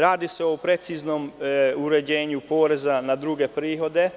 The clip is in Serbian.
Radi se o preciznom uređenju poreza na druge prihode,